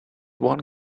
one